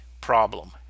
problem